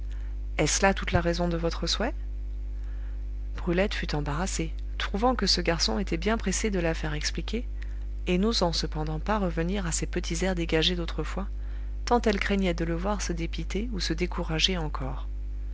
est-ce là toute la raison de votre souhait brulette fut embarrassée trouvant que ce garçon était bien pressé de la faire expliquer et n'osant cependant pas revenir à ses petits airs dégagés d'autrefois tant elle craignait de le voir se dépiter ou se décourager encore